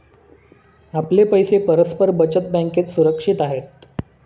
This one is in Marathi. आपले पैसे परस्पर बचत बँकेत सुरक्षित आहेत